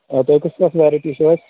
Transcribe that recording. آ تۄہہِ کۄس کۄس ویرایٹی چھو حظ